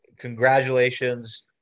congratulations